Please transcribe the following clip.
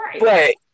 Right